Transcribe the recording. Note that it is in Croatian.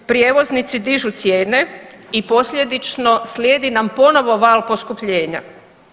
Prijevoznici dižu cijene i posljedično slijedi nam ponovo val poskupljenja.